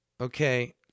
Okay